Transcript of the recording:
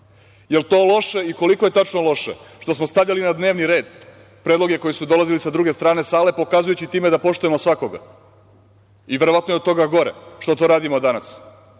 Je li to loše i koliko je tačno loše što smo stavljali na dnevni red predloge koji su dolazili sa druge strane sale, pokazujući time da poštujemo svakoga, i verovatno je od toga gore što to radimo danas?